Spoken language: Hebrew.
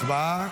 הצבעה.